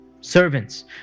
servants